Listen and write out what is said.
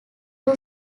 two